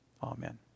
Amen